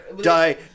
Die